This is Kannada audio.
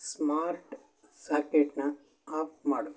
ಸ್ಮಾರ್ಟ್ ಸಾಕೆಟ್ನ ಆಫ್ ಮಾಡು